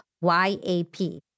Y-A-P